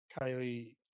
Kylie